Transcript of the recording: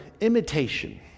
imitation